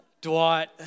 Dwight